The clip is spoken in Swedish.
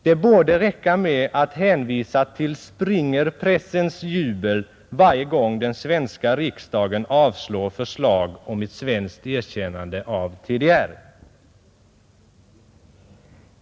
Det borde räcka med att hänvisa till Springerpressens jubel varje gång den svenska riksdagen avslår förslag om ett svenskt erkännande av TDR.